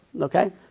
okay